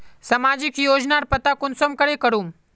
सामाजिक योजनार पता कुंसम करे करूम?